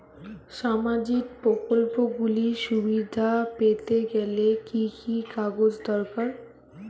সামাজীক প্রকল্পগুলি সুবিধা পেতে গেলে কি কি কাগজ দরকার?